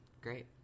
Great